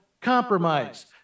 compromise